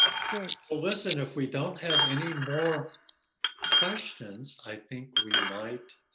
it's great. well, listen, if we don't have any more questions, i think we might,